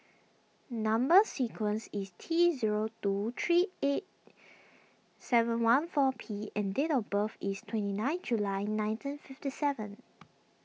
Number Sequence is T zero two three eight seven one four P and date of birth is twenty nine July nineteen fifty seven